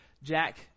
Jack